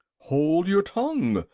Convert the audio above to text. hold your tongue!